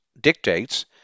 dictates